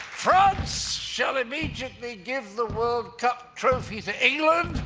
france shall immediately give the world cup trophy to england!